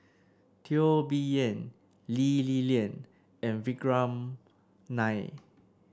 Teo Bee Yen Lee Li Lian and Vikram Nair